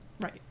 Right